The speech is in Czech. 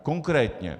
Konkrétně.